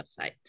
website